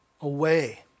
away